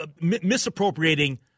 misappropriating